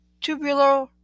tubular